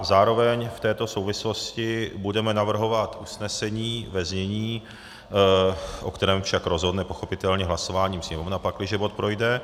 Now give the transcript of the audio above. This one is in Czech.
Zároveň v této souvislosti budeme navrhovat usnesení ve znění, o kterém však rozhodne pochopitelně hlasováním Sněmovna, pakliže bod projde: